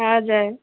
हजुर